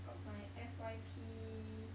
got my F_Y_P